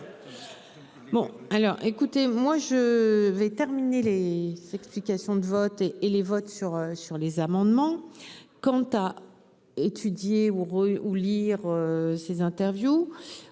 Bon alors écoutez, moi je vais terminer. Les explications de vote et les votes sur sur les amendements, quant à. Étudier ou rue ou lire ses interviews